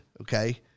okay